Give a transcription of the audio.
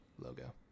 logo